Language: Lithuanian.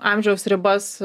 amžiaus ribas